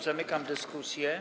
Zamykam dyskusję.